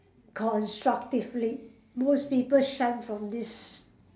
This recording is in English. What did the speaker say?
constructively most people shy from this